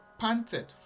panted